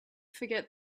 forget